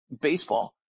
Baseball